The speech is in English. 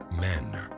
Men